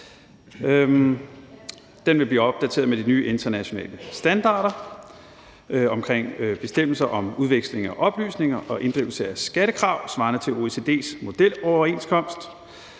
første blive opdateret med de nye internationale standarder omkring bestemmelser om udveksling af oplysninger og inddrivelse af skattekrav svarende til OECD's modeloverenskomst.